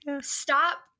stop